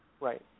Right